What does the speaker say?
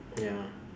ya